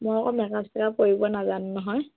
মই আকৌ makeup checkup কৰিব নাজানো নহয়